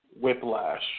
Whiplash